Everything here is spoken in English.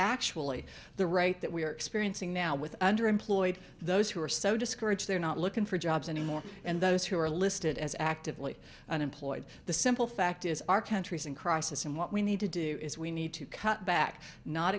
actually the rate that we are experiencing now with underemployed those who are so discouraged they're not looking for jobs anymore and those who are listed as actively unemployed the simple fact is our country is in crisis and what we need to do is we need to cut back not